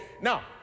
Now